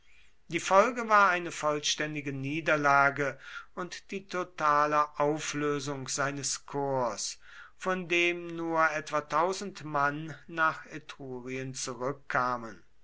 die folge war eine vollständige niederlage und die totale auflösung seines korps von dem nur etwa mann nach etrurien zurückkamen